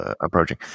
approaching